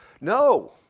No